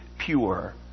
pure